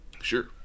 Sure